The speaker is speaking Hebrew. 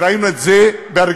ראינו את זה באיטליה של מוסוליני,